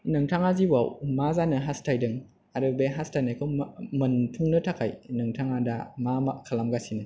नोंथाङा जिउआव मा जानो हासथायदों आरो बे हासथायनायखौ मोनफुंनो थाखाय नोंथाङा दा मा मा खालामगासिनो